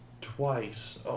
twice